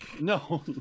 No